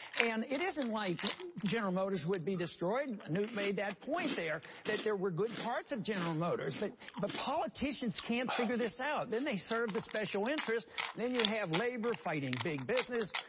and it isn't like general motors would be destroyed. newt made that point there, that there were good parts of general motors. but but politicians can't figure this out. then they serve the special interests, and then you have labor fighting big business.